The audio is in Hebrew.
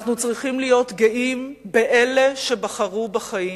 אנחנו צריכים להיות גאים באלה שבחרו בחיים.